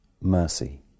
mercy